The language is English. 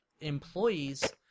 employees